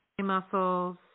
muscles